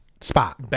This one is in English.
spot